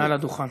מעל הדוכן.